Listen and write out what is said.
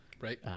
right